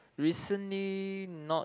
recently not